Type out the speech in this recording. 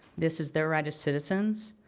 this is their right as citizens,